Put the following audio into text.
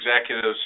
executives